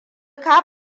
ka